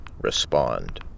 respond